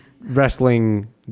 wrestling